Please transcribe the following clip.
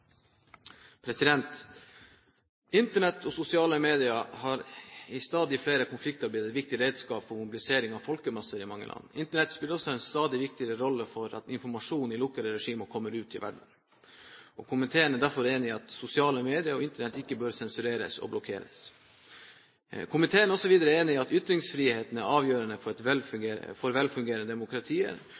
sosiale medier har i stadig flere konflikter blitt et viktig redskap for mobilisering av folkemasser i mange land. Internett spiller også en stadig viktigere rolle for at informasjon i lukkede regimer kommer ut til verden. Komiteen er derfor enig i at sosiale medier og Internett ikke bør sensureres og blokkeres. Komiteen er videre enig i at ytringsfriheten er avgjørende for velfungerende demokratier, og at et norsk internasjonalt engasjement vil være et viktig bidrag for